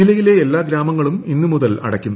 ജില്ലയിലെ എല്ലാ ഗ്രാമങ്ങളും ഇന്ന് മുതൽ അടയ്ക്കും